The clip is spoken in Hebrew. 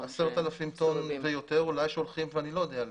טון ויותר ואני לא יודע עליהם.